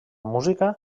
música